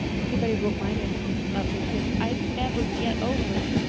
if anyone wrote my name up with his i'd never get over it,